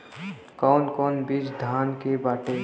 कौन कौन बिज धान के बाटे?